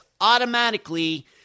Automatically